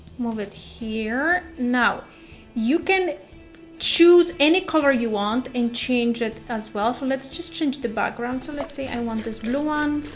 move it here. you can choose any color you want and change it as well. so let's just change the background. so let's say i want this blue one.